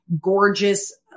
gorgeous